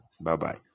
Bye-bye